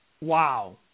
wow